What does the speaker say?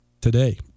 today